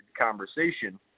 conversation